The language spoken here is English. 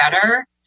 better